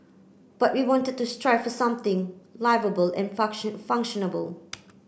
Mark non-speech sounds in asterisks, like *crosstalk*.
but we wanted to strive for something liveable and function *unintelligible*